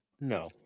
No